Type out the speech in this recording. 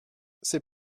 c’est